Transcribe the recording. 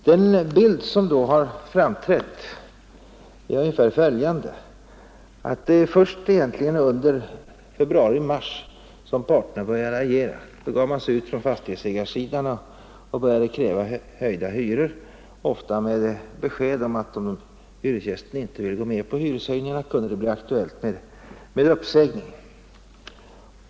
Den bild som då framträtt är ungefär den, att det egentligen varit först under februari och mars som parterna börjat agera. Då gav man sig ut från fastighetsägarsidan och började kräva höjda hyror, ofta med besked om att ifall hyresgästen inte ville gå med på hyreshöjningarna kunde det bli aktuellt med uppsägning.